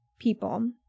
people